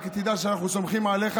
רק שתדע שאנחנו סומכים עליך.